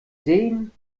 sehen